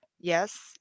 Yes